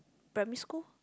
primary school